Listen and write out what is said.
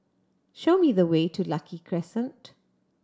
show me the way to Lucky Crescent